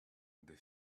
they